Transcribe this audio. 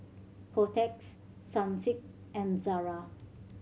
Kotex Sunsilk and Zara